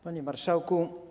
Panie Marszałku!